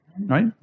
right